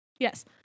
Yes